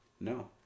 No